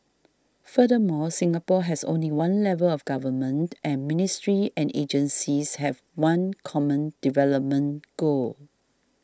furthermore Singapore has only one level of government and ministries and agencies have one common development goal